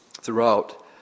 throughout